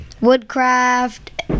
Woodcraft